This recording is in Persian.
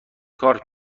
کار